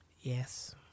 yes